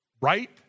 Right